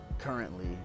currently